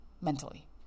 mentally